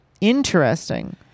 Interesting